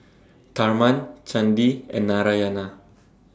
Tharman Chandi and Narayana